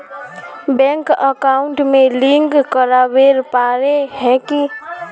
Bank account में link करावेल पारे है की?